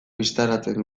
bistaratzen